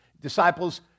disciples